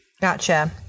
Gotcha